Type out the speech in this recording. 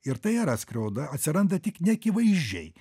ir tai yra skriauda atsiranda tik neakivaizdžiai